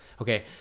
okay